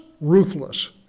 ruthless